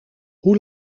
hoe